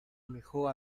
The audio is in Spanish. mejor